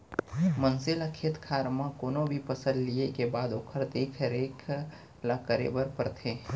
मनसे ल खेत खार म कोनो भी फसल लिये के बाद ओकर देख रेख ल करे बर परथे